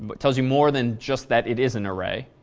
but tells you more than just that it is an array.